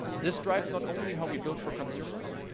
this drives not only how we build for consumers,